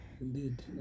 Indeed